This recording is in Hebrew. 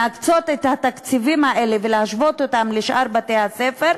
להקצות את התקציבים האלה ולהשוות אותם לשאר בתי-הספר,